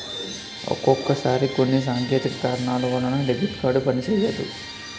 ఒక్కొక్కసారి కొన్ని సాంకేతిక కారణాల వలన డెబిట్ కార్డు పనిసెయ్యదు